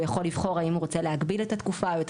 הוא יכול לבחור האם הוא רוצה להגביל את התקופה או את